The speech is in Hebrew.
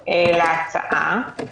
הכפיים ותום הלב של החלטה מי